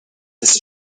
this